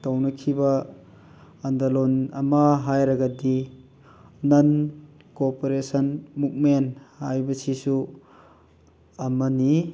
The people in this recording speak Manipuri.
ꯇꯧꯅꯈꯤꯕ ꯑꯟꯗꯂꯣꯟ ꯑꯃ ꯍꯥꯏꯔꯒꯗꯤ ꯅꯟ ꯀꯣꯑꯣꯄꯔꯦꯁꯟ ꯃꯨꯐꯃꯦꯟ ꯍꯥꯏꯕꯁꯤꯁꯨ ꯑꯃꯅꯤ